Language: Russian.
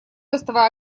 доставая